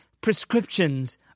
prescriptions